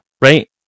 right